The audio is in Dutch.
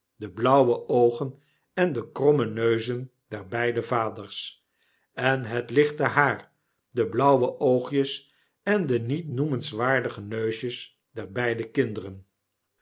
de blauwe oogen en de kromme neuzen der beide vaders en het lichte haar de blauwe oogjes en de niet noemenswaardige neusjes der beide kinderen